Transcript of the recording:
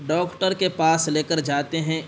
doctor کے پاس لے کر جاتے ہیں